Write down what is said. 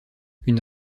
une